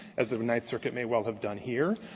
as the ninth circuit may well have done here.